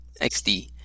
xd